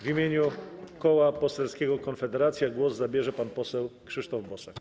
W imieniu Koła Poselskiego Konfederacja głos zabierze pan poseł Krzysztof Bosak.